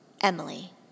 Emily